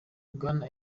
bwana